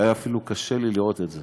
היה אפילו קשה לי לראות את זה.